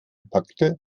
packte